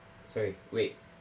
so sorry wait